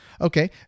Okay